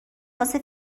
واسه